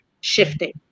shifting